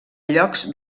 llocs